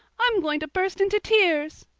i'm going to burst into tears!